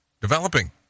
developing